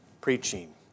preaching